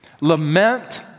Lament